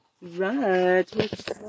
Right